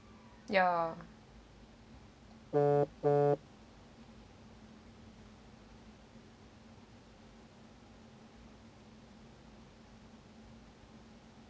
ya